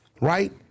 right